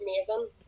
amazing